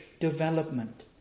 development